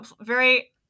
very-